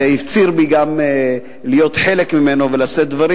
שהפציר בי להיות חלק מהיום הזה ולשאת דברים.